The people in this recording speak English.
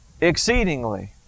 exceedingly